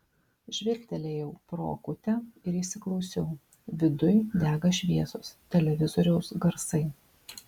žvilgtelėjau pro akutę ir įsiklausiau viduj dega šviesos televizoriaus garsai